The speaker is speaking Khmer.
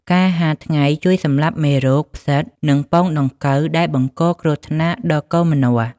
ការហាលថ្ងៃជួយសម្លាប់មេរោគ ផ្សិត និងពងដង្កូវដែលបង្កគ្រោះថ្នាក់ដល់កូនម្នាស់។